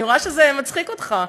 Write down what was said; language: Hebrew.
אני רואה שזה מצחיק אותך.